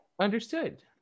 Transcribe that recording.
understood